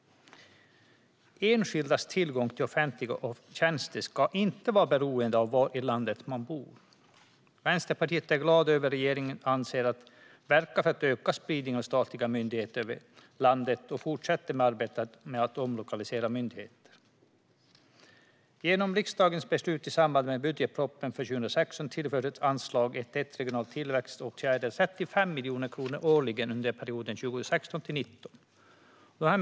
Enskildas tillgång till offentliga tjänster ska inte vara beroende av var i landet man bor. Vi i Vänsterpartiet är glada över att regeringen avser att verka för att öka spridningen av statliga myndigheter över landet och fortsätter arbetet med att omlokalisera myndigheter. Genom riksdagens beslut i samband med budgetpropositionen för 2016 tillfördes anslaget 1:1 Regionala tillväxtåtgärder 35 miljoner kronor årligen under perioden 2016-2019.